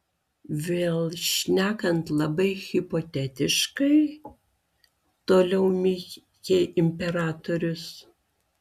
vėl šnekant labai hipotetiškai toliau mykė imperatorius